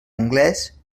anglés